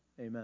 Amen